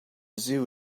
zoo